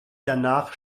danach